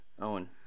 Owen